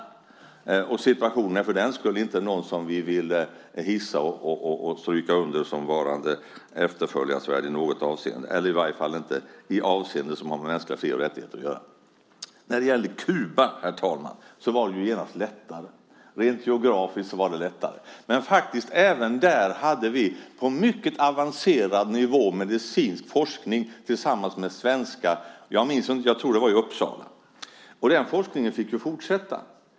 Situationen i Kina är för den skull inte något som vi vill framhålla som efterföljansvärd i något avseende, i varje fall inte när det gäller mänskliga fri och rättigheter. När det gällde Kuba var det lättare. Rent geografiskt var det lättare. Men även där fanns det ett medicinskt forskningssamarbete på avancerad nivå - jag tror att det var med svenska forskare från Uppsala. Den forskningen fick fortsätta.